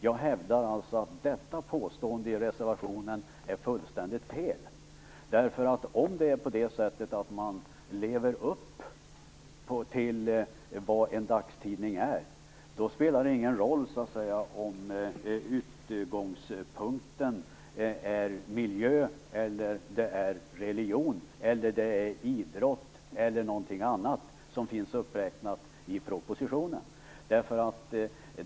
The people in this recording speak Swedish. Jag hävdar alltså att detta påstående i reservationen är fullständigt fel, därför att om det är på det sättet att man lever upp till vad en dagstidning är spelar det ingen roll om utgångspunkten är miljö, religion, idrott eller något annat som finns uppräknat i propositionen.